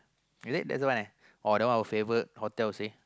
is it that one uh that one our favourite hotels ah